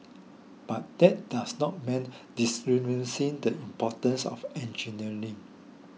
but that does not mean the importance of engineering